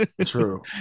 True